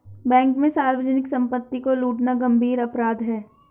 bank में सार्वजनिक सम्पत्ति को लूटना गम्भीर अपराध है